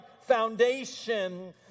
foundation